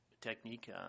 technique